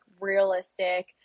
realistic